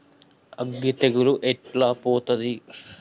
అగ్గి తెగులు ఎట్లా పోతది?